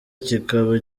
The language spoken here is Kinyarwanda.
kikaba